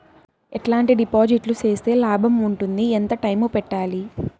ఎట్లాంటి డిపాజిట్లు సేస్తే లాభం ఉంటుంది? ఎంత టైము పెట్టాలి?